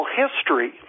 history